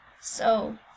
So